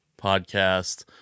podcast